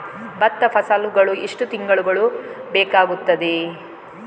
ಭತ್ತ ಫಸಲಾಗಳು ಎಷ್ಟು ತಿಂಗಳುಗಳು ಬೇಕಾಗುತ್ತದೆ?